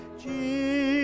Jesus